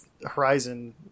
horizon